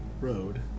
road